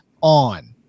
on